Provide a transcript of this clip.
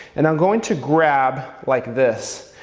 and i'm going to grab like this.